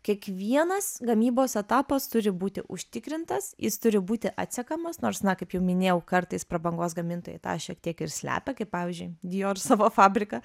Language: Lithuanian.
kiekvienas gamybos etapas turi būti užtikrintas jis turi būti atsekamas nors na kaip jau minėjau kartais prabangos gamintojai tą šiek tiek ir slepia kaip pavyzdžiui dior savo fabriką